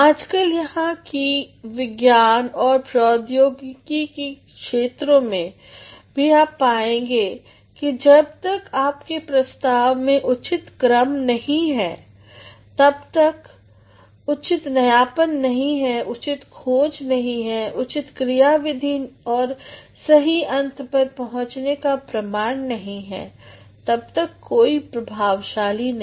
आजकल यहाँ तक कि विज्ञानऔर प्रौद्योगिकी के क्षेत्रों में भी आप पाएंगे कि जब तक आपके प्रस्ताव में उचित अनुक्रम नहीं उचित नयापन नहीं उचित खोज नहीं उचित क्रियाविधि और सही अंत पर पहुँचने के प्रमाण नहीं तब तक वह प्रभावशाली नहीं